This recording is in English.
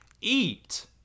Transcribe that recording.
eat